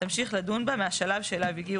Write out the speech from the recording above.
- תמשיך לדון בה מהשלב שאליו הגיעו